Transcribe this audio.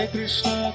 Krishna